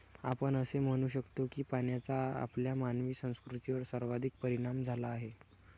आपण असे म्हणू शकतो की पाण्याचा आपल्या मानवी संस्कृतीवर सर्वाधिक परिणाम झाला आहे